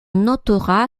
notera